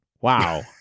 wow